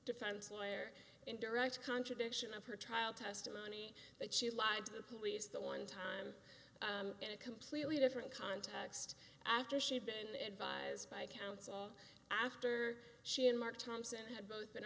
defense lawyer in direct contradiction of her trial testimony that she lied to the police that one time in a completely different context after she'd been advised by counsel after she and mark thompson had both been